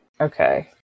Okay